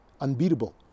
unbeatable